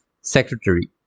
secretary